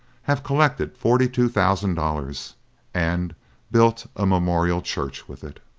have collected forty-two thousand dollars and built a memorial church with it.